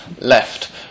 left